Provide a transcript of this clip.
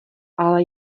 ale